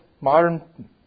modern